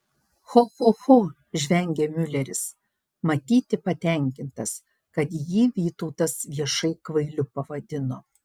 cho cho cho žvengė miuleris matyti patenkintas kad jį vytautas viešai kvailiu pavadino